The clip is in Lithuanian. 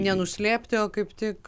nenuslėpti o kaip tik